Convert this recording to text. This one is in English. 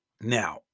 Now